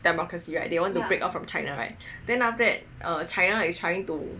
democracy right they wanted to break off from China right then after that China is trying to